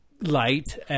light